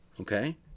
okay